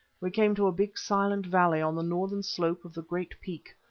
we came to a big silent valley on the northern slope of the great peak.